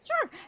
Sure